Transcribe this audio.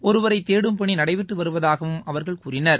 ஒருவரை தேடும் பணி நடைபெற்று வருவதாகவும் அவர்கள் கூறினர்